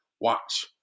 Watch